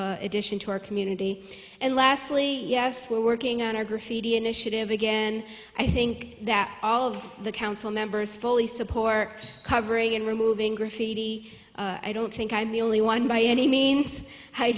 addition to our community and lastly yes we're working on our graffiti initiative again i think that all of the council members fully support covering and removing graffiti i don't think i'm the only one by any means